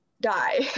die